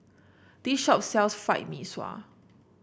this shop sells Fried Mee Sua